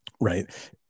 right